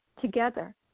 together